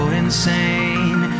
insane